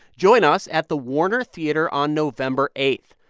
join us at the warner theater on november eight.